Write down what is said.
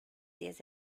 diez